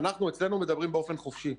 אצלנו מדברים באופן חופשי.